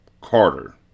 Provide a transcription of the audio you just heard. Carter